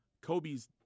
Kobe's